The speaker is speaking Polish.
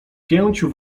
pięciu